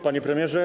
Panie Premierze!